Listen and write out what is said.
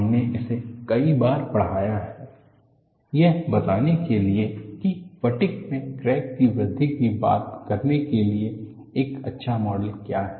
हमने इसे कई बार बढ़ाया है यह बताने के लिए कि फटिग में क्रैक की वृद्धि की बात करने के लिए एक अच्छा मॉडल क्या है